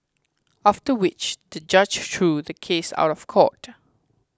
after which the judge threw the case out of court